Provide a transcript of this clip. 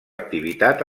activitat